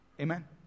Amen